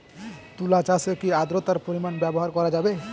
তুলা চাষে কি আদ্রর্তার পরিমাণ ব্যবহার করা যাবে?